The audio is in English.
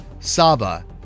Saba